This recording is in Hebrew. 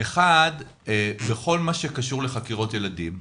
אחד, בכל מה שקשור לחקירות ילדים,